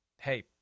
hey